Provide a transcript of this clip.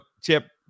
Chip